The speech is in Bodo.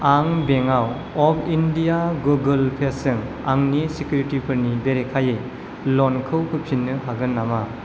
आं bank of India Google pay जों आंनि सिकिउरिटिफोरनि बेरेखायै ल'नखौ होफिन्नो हागोन नामा